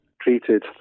treated